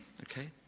Okay